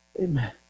Amen